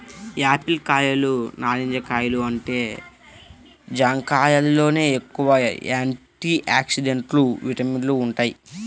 Apple కాయలు, నారింజ కాయలు కంటే జాంకాయల్లోనే ఎక్కువ యాంటీ ఆక్సిడెంట్లు, విటమిన్లు వుంటయ్